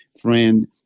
friend